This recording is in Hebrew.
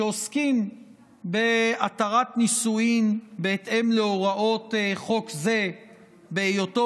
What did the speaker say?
שעוסקים בהתרת נישואין בהתאם להוראות חוק זה בהיותו